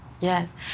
yes